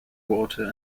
water